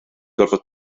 gorfod